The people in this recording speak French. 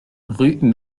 rue